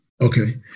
Okay